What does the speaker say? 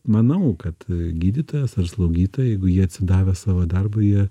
manau kad e gydytojas ar slaugytoja jeigu jie atsidavę savo darbui jie